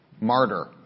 martyr